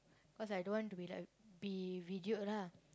because I don't want to be like be videoed lah